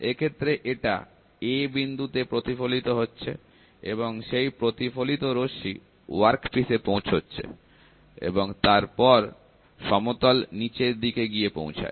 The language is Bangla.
এক্ষেত্রে এটা a বিন্দুতে প্রতিফলিত হচ্ছে এবং সেই প্রতিফলিত রশ্মি ওয়ার্কপিস এ পৌঁছচ্ছে এবং তারপর সমতল নিচের দিকে গিয়ে পৌঁছায়